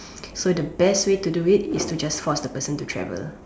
so the best way to do it is to just force the person to travel